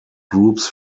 groups